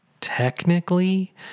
technically